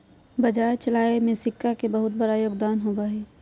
बाजार चलावे में सिक्का के बहुत बार योगदान होबा हई